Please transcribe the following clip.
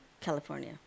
California